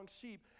sheep